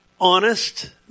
honest